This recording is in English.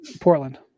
Portland